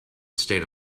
stayed